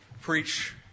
preach